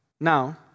Now